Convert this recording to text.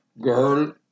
girl